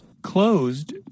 Closed